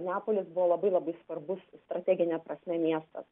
neapolis buvo labai labai svarbus strategine prasme miestas